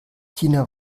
tina